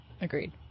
Agreed